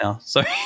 Sorry